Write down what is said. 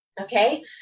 okay